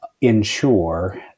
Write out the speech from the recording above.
ensure